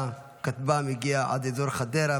שהכטב"ם הגיע עד אזור חדרה,